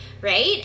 right